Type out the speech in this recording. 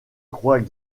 croit